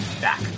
back